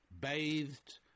bathed